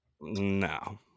no